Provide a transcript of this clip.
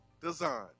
Design